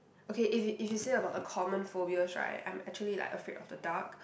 okay if if you say about the common phobias right I'm actually like afraid of the dark